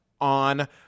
on